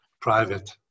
private